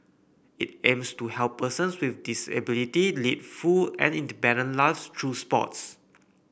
it aims to help persons with disability lead full and independent lives through sports